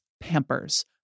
Pampers